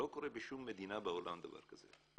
לא קורה בשום מדינה בעולם דבר כזה.